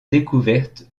découvertes